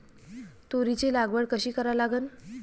तुरीची लागवड कशी करा लागन?